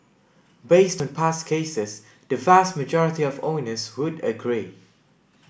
based on past cases the vast majority of owners would agree